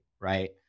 right